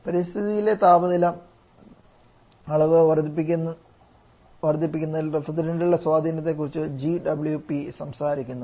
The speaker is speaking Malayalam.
പരിസ്ഥിതിയിലെ താപനില അളവ് വർദ്ധിപ്പിക്കുന്നതിൽ റഫ്രിജറന്റുകളുടെ സ്വാധീനത്തെക്കുറിച്ച് GWP സംസാരിക്കുന്നു